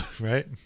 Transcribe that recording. Right